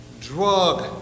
Drug